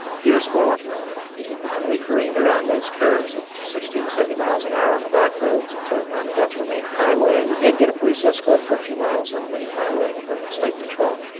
here's orloff miller and we careened around those curves at sixty and seventy miles an hour on the back roads until we finally got to a main highway. we did get a police escort for a few miles on the main highway from the state patrol.